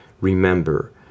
remember